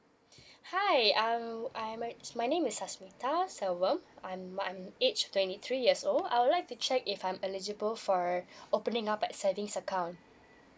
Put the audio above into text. hi I'm I'm actu~ my name is sasmita silnem I'm I'm age twenty three years old I would like to check if I'm eligible for opening up a savings account